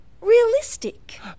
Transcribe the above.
realistic